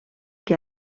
que